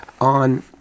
on